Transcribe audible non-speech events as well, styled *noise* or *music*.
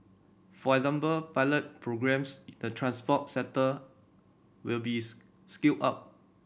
for example pilot programmes in the transport sector will be *unintelligible* scaled up